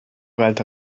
galt